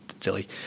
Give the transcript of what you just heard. Silly